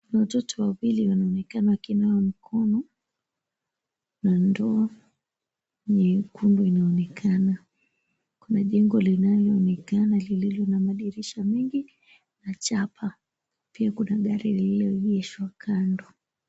Watoto wawili wanaonekana wakinawa mikono na ndoo nyekundu inaonekana kuna jengo linaloonekana lililo na madirisha mengi na chapa pia kuna gari lililoegeshwa kando.